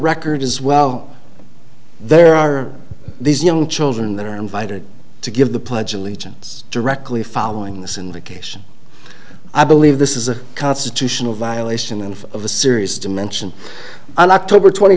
record as well there are these young children that are invited to give the pledge allegiance directly following this indication i believe this is a constitutional violation and of a serious dimension and october twenty